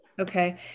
Okay